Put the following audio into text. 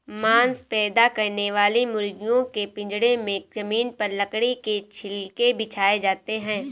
मांस पैदा करने वाली मुर्गियों के पिजड़े में जमीन पर लकड़ी के छिलके बिछाए जाते है